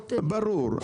ברור.